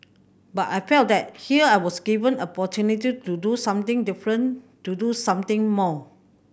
but I felt that here I was given opportunity to do something different to do something more